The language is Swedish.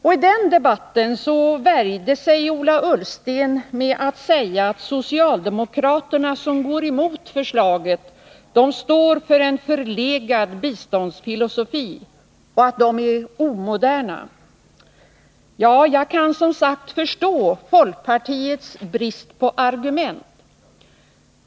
I den debatten värjde sig Ola Ullsten med att säga att socialdemokraterna, som går emot förslaget, står för en förlegad biståndsfilosofi och att de är omoderna. Ja, jag kan som sagt förstå folkpartiets brist på argument.